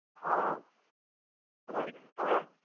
हॅं हॅं रहैक सुबिधा हइ